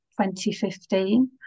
2015